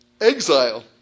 exile